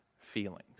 feelings